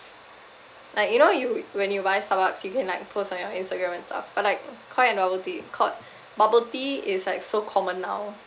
like you know you when you buy starbucks you can like post on your instagram and stuff but like koi and bubble tea ko~ bubble tea is like so common now